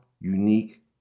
unique